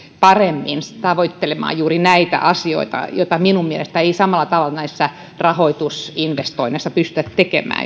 paremmin tavoittelemaan juuri näitä asioita joita minun mielestäni ei samalla tavalla näissä rahoitusinvestoinneissa pystytä tekemään